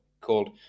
called